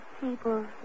people